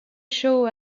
show